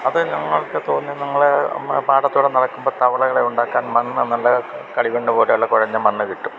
അത് ഞങ്ങൾക്ക് തോന്നി ഞങ്ങളെ മ്മാ പാടത്തൂടെ നടക്കുമ്പം തവളകളെ ഉണ്ടാക്കാൻ മണ്ണ് നല്ല കളിമണ്ണ് പോലെയൊള്ള കുഴഞ്ഞ മണ്ണ് കിട്ടും